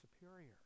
superior